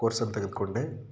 ಕೋರ್ಸನ್ನು ತೆಗೆದುಕೊಂಡೆ